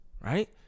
Right